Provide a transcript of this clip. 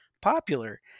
popular